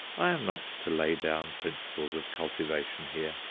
i am not to lay down principles of cultivation here,